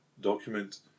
document